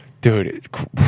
Dude